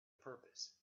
purpose